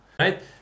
right